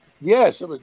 Yes